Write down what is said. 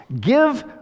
give